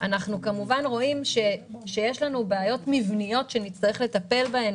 אנחנו רואים שיש לנו בעיות מבניות שנצטרך לטפל בהן